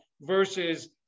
versus